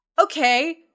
Okay